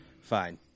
Fine